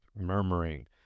murmuring